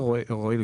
רואי,